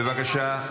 בבקשה, שלי,